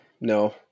No